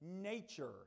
nature